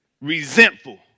Resentful